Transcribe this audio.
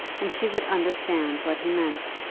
and she would understand what he meant.